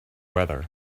weather